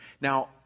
Now